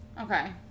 Okay